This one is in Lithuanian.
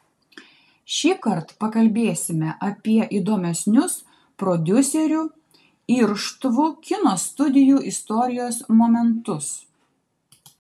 šįkart pakalbėsime apie įdomesnius prodiuserių irštvų kino studijų istorijos momentus